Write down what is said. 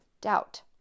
doubt